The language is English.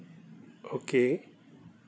okay